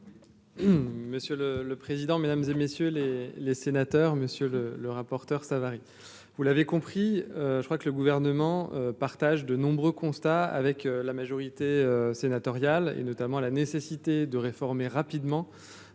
Monsieur le le président, mesdames et messieurs les les sénateurs, monsieur le le rapporteur Savary, vous l'avez compris je crois que le gouvernement partagent de nombreux constats avec la majorité sénatoriale, et notamment la nécessité de réformer rapidement